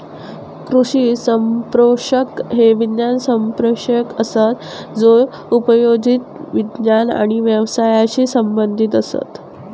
कृषी संप्रेषक हे विज्ञान संप्रेषक असत जे उपयोजित विज्ञान आणि व्यवसायाशी संबंधीत असत